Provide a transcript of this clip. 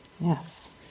Yes